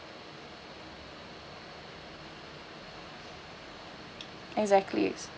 exactly